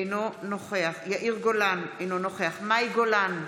אינו נוכח יאיר גולן, אינו נוכח מאי גולן,